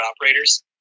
operators